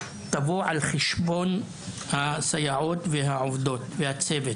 תבוא על חשבון הסייעות והצוות.